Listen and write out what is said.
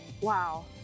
Wow